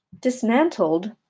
dismantled